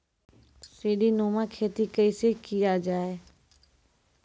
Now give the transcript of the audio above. सीडीनुमा खेती कैसे किया जाय?